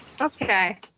Okay